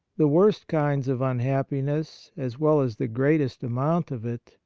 the worst kinds of unhappiness, as well as the greatest amount of it,